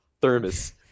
thermos